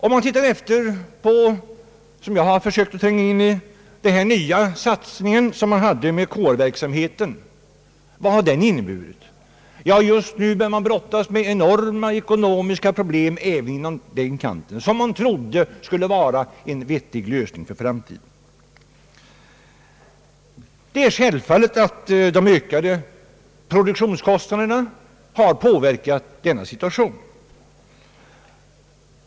Jag har försökt att titta närmare på den nya satsningen på KR-verksamhet. Vad har den inneburit? Just nu brottas man med enorma ekonomiska problem även på den kanten — som man trodde skulle vara en vettig lösning för framtiden. Självfallet påverkar de ökade produktionskostnaderna denna situation.